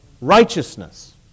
righteousness